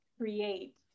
create